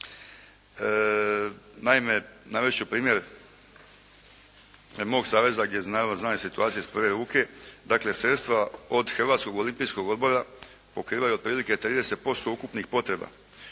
Naime, navest ću primjer mog saveza, gdje naravno znam situacije iz prve ruke. Dakle, sredstva od Hrvatskog olimpijskog odbora pokrivaju otprilike 30% ukupnih potreba